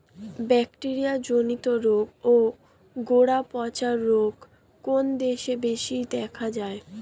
Bacteria জনিত রোগ ও গোড়া পচা রোগ কোন দেশে বেশি দেখা যায়?